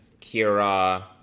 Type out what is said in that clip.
Kira